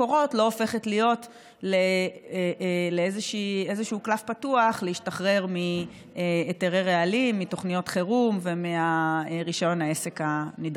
הלילה נהרג